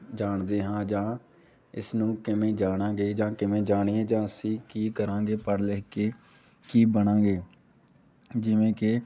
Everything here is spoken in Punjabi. ਜਾਣਦੇ ਹਾਂ ਜਾਂ ਇਸ ਨੂੰ ਕਿਵੇਂ ਜਾਣਾਂਗੇ ਜਾਂ ਕਿਵੇਂ ਜਾਣੀਏ ਜਾਂ ਅਸੀਂ ਕੀ ਕਰਾਂਗੇ ਪੜ੍ਹ ਲਿਖ ਕੇ ਕੀ ਬਣਾਂਗੇ ਜਿਵੇਂ ਕਿ